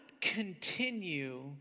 continue